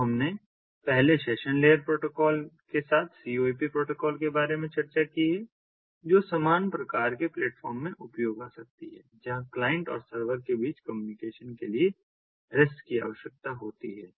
तो हमने पहले सेशन लेयर प्रोटोकॉल के साथ CoAP प्रोटोकॉल के बारे में चर्चा की है जो समान प्रकार के प्लेटफॉर्म में उपयोग आ सकती है जहां क्लाइंट और सर्वर के बीच कम्युनिकेशनके लिए REST की आवश्यकता होती है